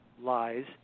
lies